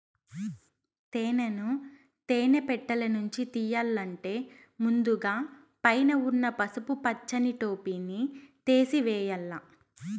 తేనెను తేనె పెట్టలనుంచి తియ్యల్లంటే ముందుగ పైన ఉన్న పసుపు పచ్చని టోపిని తేసివేయల్ల